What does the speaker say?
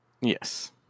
Yes